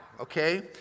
okay